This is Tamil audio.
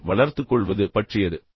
செயலில் கேட்பது என்றால் என்ன